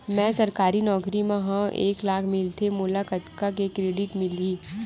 मैं सरकारी नौकरी मा हाव एक लाख मिलथे मोला कतका के क्रेडिट मिलही?